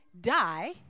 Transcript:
die